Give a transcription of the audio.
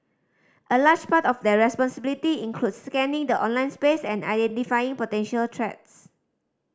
a large part of their responsibility includes scanning the online space and identifying potential threats